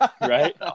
Right